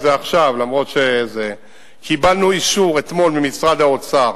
זה עכשיו: קיבלנו אתמול אישור ממשרד האוצר